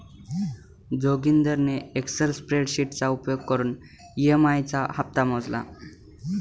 जोगिंदरने एक्सल स्प्रेडशीटचा उपयोग करून ई.एम.आई चा हप्ता मोजला